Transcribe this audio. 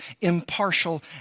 impartial